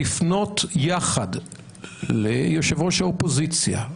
לפנות יחד ליושב ראש האופוזיציה,